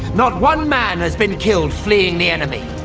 not one man has been killed fleeing the enemy.